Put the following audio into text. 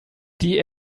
die